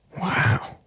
Wow